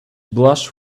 blushed